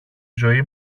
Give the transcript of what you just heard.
ζωή